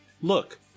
Look